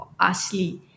Asli